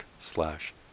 slash